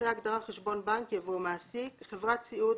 אחרי ההגדרה "חשבון בנק" יבוא: ""מעסיק" חברת סיעוד,